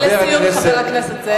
ולסיום, חבר הכנסת זאב.